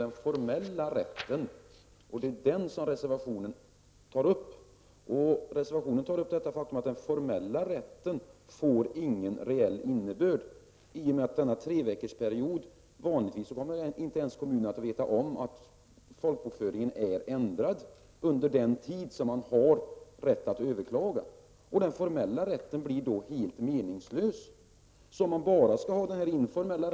Den handlar i stället om den formella rätten, som inte får någon reell innebörd i och med denna treveckorsperiod för överklagning. Kommunerna kommer oftast inte att veta om att folkbokföringen är ändrad under den tid som de har på sig att överklaga. Den formella rätten att överklaga blir då helt meningslös.